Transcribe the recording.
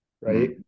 right